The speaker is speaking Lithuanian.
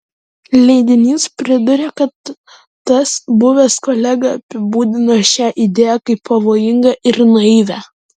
leidinys priduria kad tas buvęs kolega apibūdino šią idėją kaip pavojingą ir naivią